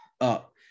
up